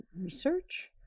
research